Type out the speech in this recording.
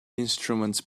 instruments